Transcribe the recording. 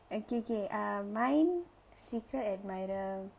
okay K mine secret admirer